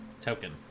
token